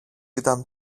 ήταν